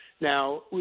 Now